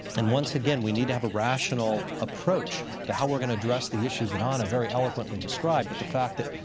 and once again, we need to have a rational approach to how we're going to address the issues that and um anna very eloquently described, but the fact that